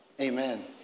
Amen